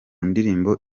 ndirimo